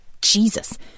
Jesus